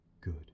good